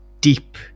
deep